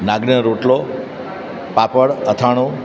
નાગલીનો રોટલો પાપડ અથાણું